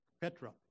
Petra